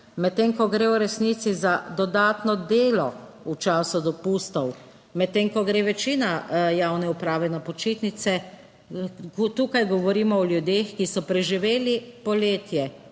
medtem ko gre v resnici za dodatno delo v času dopustov. Medtem ko gre večina javne uprave na počitnice, tukaj govorimo o ljudeh, ki so preživeli poletje